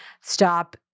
stop